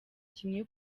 kimwe